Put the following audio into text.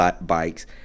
bikes